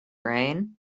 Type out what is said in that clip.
rain